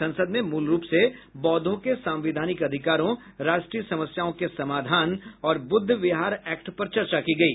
संसद में मूल रूप से बौद्घों के संविधानिक अधिकारों राष्ट्रीय समस्याओं के समाधान और बुद्ध विहार एक्ट पर चर्चा की गयी